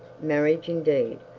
marriage indeed!